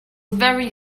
very